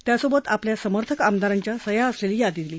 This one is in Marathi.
त्यासोबत आपल्या समर्थक आमदारांच्या सह्या असलेली यादी दिली